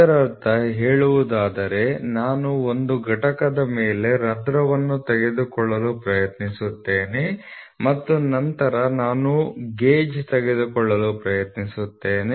ಇದರರ್ಥ ಹೇಳುವುದಾದರೆ ನಾನು ಒಂದು ಘಟಕದ ಮೇಲೆ ರಂಧ್ರವನ್ನು ತೆಗೆದುಕೊಳ್ಳಲು ಪ್ರಯತ್ನಿಸುತ್ತೇನೆ ಮತ್ತು ನಂತರ ನಾನು ಗೇಜ್ ತೆಗೆದುಕೊಳ್ಳಲು ಪ್ರಯತ್ನಿಸುತ್ತೇನೆ